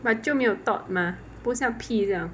but 就没有 thought 嘛不像 pee 这样